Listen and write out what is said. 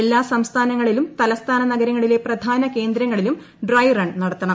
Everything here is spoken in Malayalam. എല്ലാ സംസ്ഥാനങ്ങളിലും തലസ്ഥാന നഗരങ്ങളിലെ പ്രധാന കേന്ദ്രങ്ങളിലും ഡ്രെഡ റൺ നടത്തണം